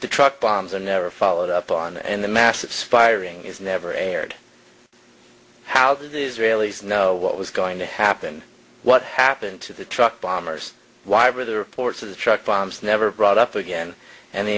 the truck bombs are never followed up on in the masses firing is never aired how did israelis know what was going to happen what happened to the truck bombers why were the reports of the truck bombs never brought up again and the